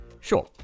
Sure